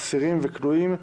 אסירים וכלואים)